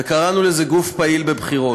וקראנו לזה גוף פעיל בבחירות,